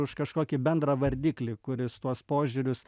už kažkokį bendrą vardiklį kuris tuos požiūrius